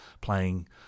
playing